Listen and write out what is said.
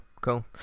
cool